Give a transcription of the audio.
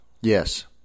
Yes